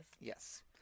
Yes